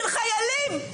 של חיילים,